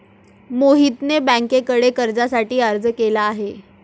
मोहितने बँकेकडे कर्जासाठी अर्ज केला आहे